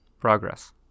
Progress